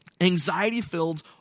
anxiety-filled